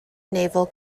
naval